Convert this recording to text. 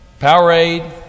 Powerade